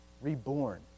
Reborn